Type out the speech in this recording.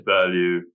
value